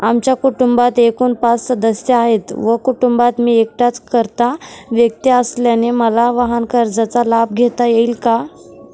आमच्या कुटुंबात एकूण पाच सदस्य आहेत व कुटुंबात मी एकटाच कर्ता व्यक्ती असल्याने मला वाहनकर्जाचा लाभ घेता येईल का?